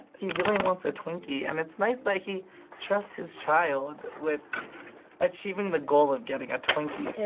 he really wants a twinkie and it's nice that he trusts his child with achieving the goal of getting a twinkie. hey